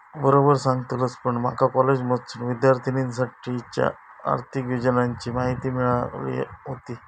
बरोबर सांगलस, पण माका कॉलेजमधसूनच विद्यार्थिनींसाठीच्या आर्थिक योजनांची माहिती मिळाली व्हती